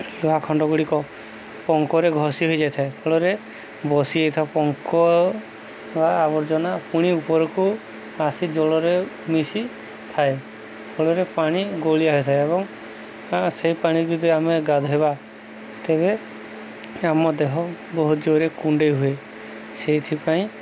ଲୁହା ଖଣ୍ଡ ଗୁଡ଼ିକ ପଙ୍କରେ ଘଷି ହେଇଯାଇଥାଏ ଫଳରେ ବସି ଯାଇଥିବା ପଙ୍କ ବା ଆବର୍ଜନା ପୁଣି ଉପରକୁ ଆସି ଜଳରେ ମିଶିଥାଏ ଫଳରେ ପାଣି ଗୋଳିଆ ହୋଇଥାଏ ଏବଂ ସେଇ ପାଣିକୁ ଯଦି ଆମେ ଗାଧେଇବା ତେବେ ଆମ ଦେହ ବହୁତ ଜୋରେ କୁଣ୍ଡେଇ ହୁଏ ସେଇଥିପାଇଁ